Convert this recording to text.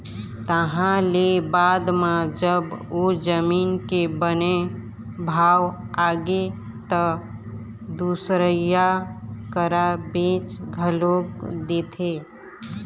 तहाँ ले बाद म जब ओ जमीन के बने भाव आगे त दुसरइया करा बेच घलोक देथे